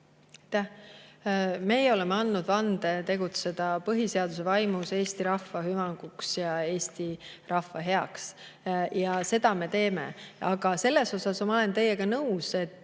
Me oleme andnud vande tegutseda põhiseaduse vaimus Eesti rahva hüvanguks ja Eesti rahva heaks ning seda me teeme. Aga selles osas ma olen teiega nõus, et